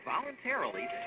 voluntarily